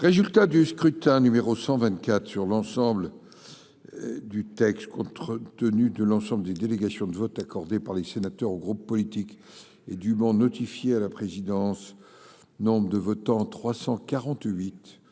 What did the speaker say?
Résultat du scrutin numéro 124 sur l'ensemble du texte contre tenue de l'ensemble des délégations de vote accordé par les sénateurs aux groupes politiques et du notifié à la présidence, nombre de votants 348